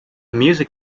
music